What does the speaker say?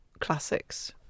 classics